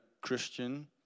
Christian